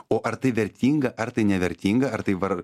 o ar tai vertinga ar tai nevertinga ar tai var